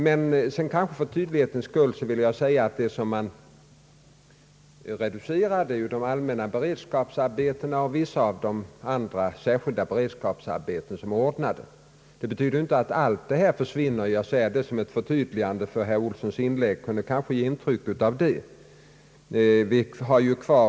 Men för tydlighetens skull vill jag säga att den omständigheten att man reducerar de allmänna beredskapsarbetena och vissa av de andra särskilda beredskapsarbetena inte betyder att allt detta försvinner. Jag säger detta som ett förtydligande, eftersom herr Olssons inlägg kunde ge motsatt intryck.